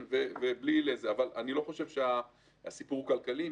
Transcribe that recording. אני לא חושב שהסיפור הוא כלכלי,